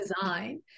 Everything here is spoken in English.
design